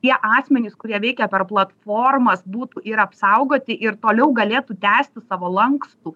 tie asmenys kurie veikia per platformas būtų ir apsaugoti ir toliau galėtų tęsti savo lankstų